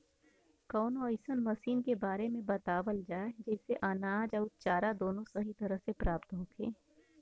कवनो अइसन मशीन के बारे में बतावल जा जेसे अनाज अउर चारा दोनों सही तरह से प्राप्त होखे?